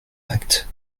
acte